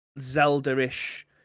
Zelda-ish